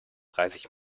dreißig